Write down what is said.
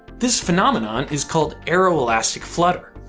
this phenomenon is called aeroelastic flutter.